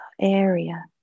area